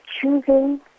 Choosing